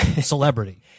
celebrity